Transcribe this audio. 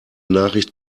nachricht